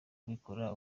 kubikora